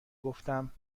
گفتم